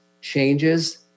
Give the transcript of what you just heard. changes